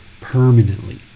permanently